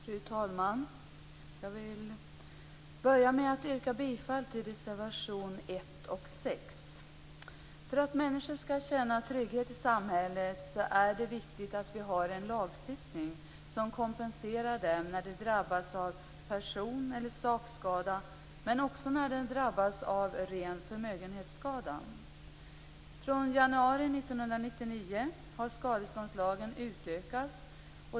Fru talman! Jag vill börja med att yrka bifall till reservationerna 1 och 6. För att människor skall känna trygghet i samhället är det viktigt att vi har en lagstiftning som kompenserar dem när de drabbas av person eller sakskada men också när de drabbas av ren förmögenhetsskada. Från januari 1999 har skadeståndslagen utökats.